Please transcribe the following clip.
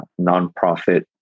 nonprofit